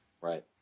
Right